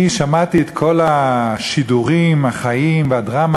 אני שמעתי את כל השידורים החיים והדרמה